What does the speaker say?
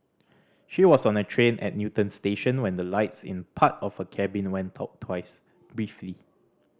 she was on a train at Newton station when the lights in part of her cabin went out twice briefly